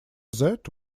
that